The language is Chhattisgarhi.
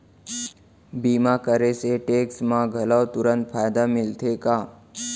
बीमा करे से टेक्स मा घलव तुरंत फायदा मिलथे का?